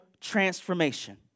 transformation